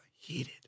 heated